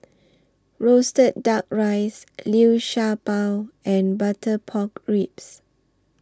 Roasted Duck Rice Liu Sha Bao and Butter Pork Ribs